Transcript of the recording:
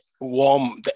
warm